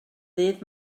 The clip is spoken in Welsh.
ddydd